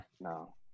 no